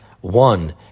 One